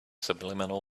subliminal